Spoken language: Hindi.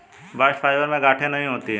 बास्ट फाइबर में गांठे नहीं होती है